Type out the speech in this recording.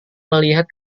melihat